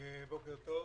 בוקר טוב,